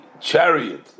chariot